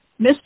Mr